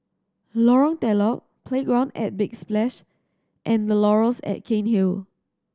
Lorong Telok Playground at Big Splash and The Laurels at Cairnhill